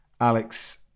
Alex